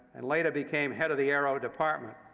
and later became head of the aero department.